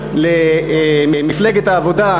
דווקא למפלגת העבודה,